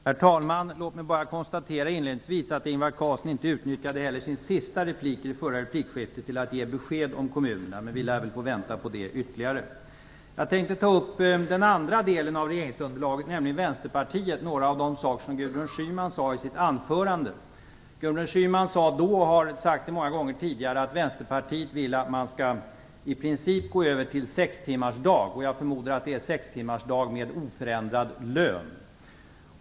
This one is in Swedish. Herr talman! Låt mig inledningsvis bara konstatera att Ingvar Carlsson inte heller utnyttjade sitt sista anförande i det förra replikskiftet till att ge besked om kommunerna. Vi lär väl få vänta på det ytterligare. Jag vill nu vända mig till det andra partiet i regeringsunderlaget, Vänsterpartiet, och ta upp en del av det som Gudrun Schyman sade i sitt anförande. Gudrun Schyman sade nu, och hon har sagt det många gånger tidigare, att Vänsterpartiet vill att man i princip skall övergå till sextimmarsdag. Jag förmodar att det gäller sextimmarsdag med oförändrad lön.